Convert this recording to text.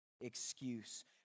excuse